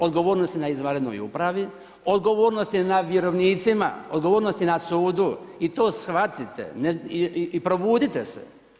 Odgovornost je na izvanrednoj upravi, odgovornost je na vjerovnicima, odgovornost je na sudu i to shvatite i probudite se.